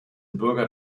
bürger